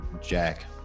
jack